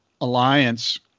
Alliance